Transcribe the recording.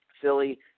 Philly